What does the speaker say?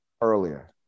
earlier